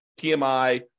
PMI